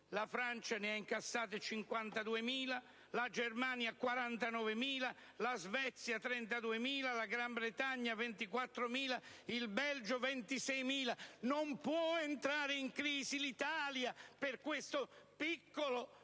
la Francia ne ha incassate 52.000, la Germania 49.000, la Svezia 32.000, la Gran Bretagna 24.000, il Belgio 26.000: non può entrare in crisi l'Italia per questo piccolo,